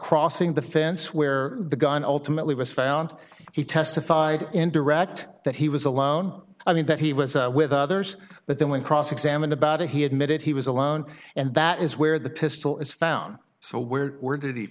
crossing the fence where the gun ultimately was found he testified in direct that he was alone i mean that he was with others but then when cross examined about it he admitted he was alone and that is where the pistol is found so where were did he